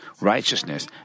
righteousness